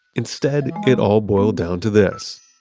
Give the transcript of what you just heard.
instead, it all boiled down to this.